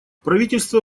правительство